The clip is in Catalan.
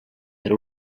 per